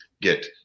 get